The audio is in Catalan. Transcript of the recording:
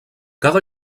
cada